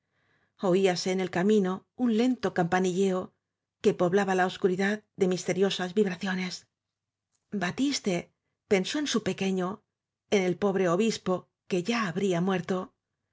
oíase en el camino un lento campanilleo que poblaba la obscuridad de misteriosas vibraciones batiste pensó en su pequeño en el po bre obispo que ya habría muerto